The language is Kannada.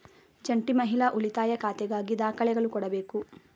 ಜಂಟಿ ಮಹಿಳಾ ಉಳಿತಾಯ ಖಾತೆಗಾಗಿ ದಾಖಲೆಗಳು ಕೊಡಬೇಕು